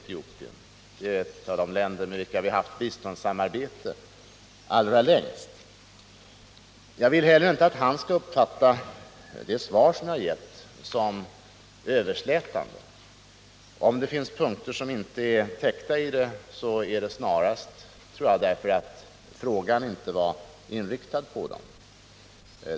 Etiopien är ett av de länder med vilka vi haft biståndssamarbete allra längst. Jag vill inte heller att han skall uppfatta det svar jag har givit som överslätande. Om det finns punkter som inte är täckta beror det snarast, tror jag, på att frågan inte var inriktad på dem.